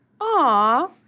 Aw